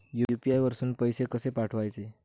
UPI वरसून पैसे कसे पाठवचे?